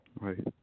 Right